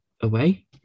away